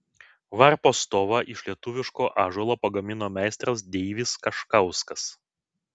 varpo stovą iš lietuviško ąžuolo pagamino meistras deivis kaškauskas